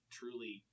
truly